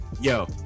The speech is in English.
yo